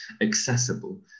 accessible